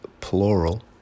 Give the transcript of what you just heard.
plural